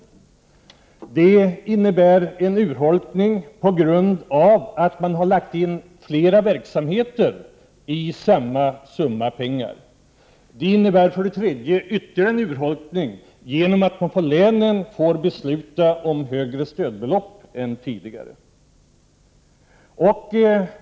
Det innebär en urholkning på grund av att man har lagt in flera verksamheter i samma summa pengar. Det innebär ytterligare urholkning genom att man i länen får besluta om högre stödbelopp än tidigare.